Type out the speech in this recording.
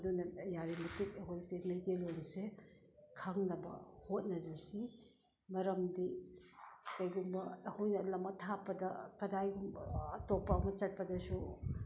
ꯑꯗꯨꯅ ꯌꯥꯔꯤꯃꯇꯤꯛ ꯑꯩꯈꯣꯏꯁꯦ ꯃꯩꯇꯩꯂꯣꯟ ꯑꯁꯦ ꯈꯪꯅꯕ ꯍꯣꯠꯅꯖꯁꯤ ꯃꯔꯝꯗꯤ ꯀꯔꯤꯒꯨꯝꯕ ꯑꯩꯈꯣꯏꯅ ꯂꯝ ꯑꯊꯥꯞꯄꯗ ꯀꯗꯥꯏꯒꯨꯝꯕ ꯑꯇꯣꯞꯄ ꯑꯃ ꯆꯠꯄꯗꯁꯨ